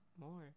more